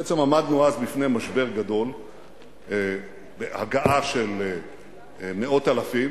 בעצם עמדנו אז בפני משבר גדול בהגעה של מאות אלפים,